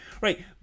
Right